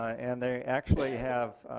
and they actually have,